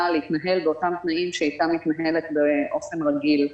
להתנהל באותם תנאים בהם היא הייתה מתנהלת באופן רגיל.